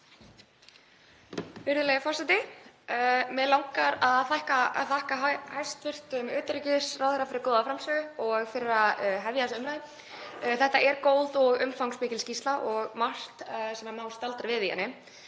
Þetta er góð og umfangsmikil skýrsla og margt sem má staldra við í henni